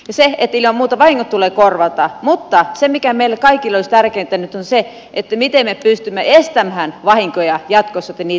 ilman muuta vahingot tulee korvata mutta se mikä meille kaikille olisi tärkeintä nyt on se miten me pystymme estämään vahinkoja jatkossa että niitä ei tulisi